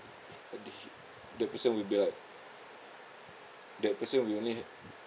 he the person will be like that person will only ha~